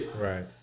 Right